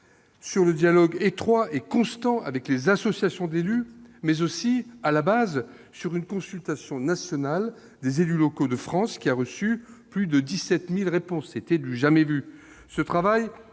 sur l'échange étroit et constant avec les associations d'élus, mais aussi, à la base, sur une consultation nationale des élus locaux de France, qui a reçu plus de 17 000 réponses. Du jamais vu